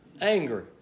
angry